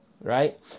Right